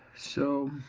so.